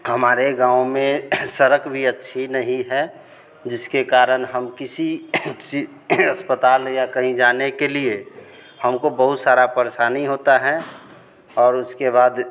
हमारे गाँव में सड़क भी अच्छी नहीं है जिसके कारण हम किसी किसी अस्पताल या कहीं जाने के लिए हमको बहुत सारी परेशानी होती है और उसके बाद